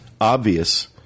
obvious